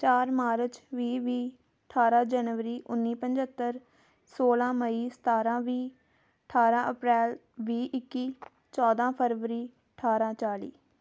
ਚਾਰ ਮਾਰਚ ਵੀਹ ਵੀਹ ਅਠਾਰ੍ਹਾਂ ਜਨਵਰੀ ਉੱਨੀ ਪਝੱਤਰ ਸੌਲ੍ਹਾਂ ਮਈ ਸਤਾਰ੍ਹਾਂ ਵੀਹ ਅਠਾਰ੍ਹਾਂ ਅਪ੍ਰੈਲ ਵੀਹ ਇੱਕੀ ਚੌਦ੍ਹਾਂ ਫਰਵਰੀ ਅਠਾਰ੍ਹਾਂ ਚਾਲ੍ਹੀ